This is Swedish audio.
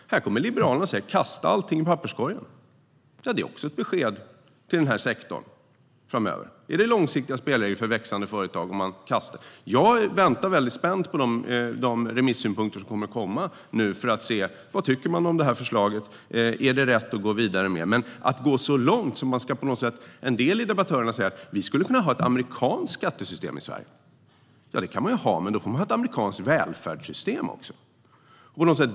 Här kommer Liberalerna och säger: Kasta allting i papperskorgen! Det är också ett besked till den här sektorn framöver. Är det att ge långsiktiga spelregler för växande företag? Jag väntar väldigt spänt på de remissynpunkter som ska komma nu för att se vad man tycker om det här förslaget och om det är rätt att gå vidare med det. En del debattörer säger att vi skulle kunna ha ett amerikanskt skattesystem i Sverige. Det kan man ju ha, men då får man ha ett amerikanskt välfärdssystem också.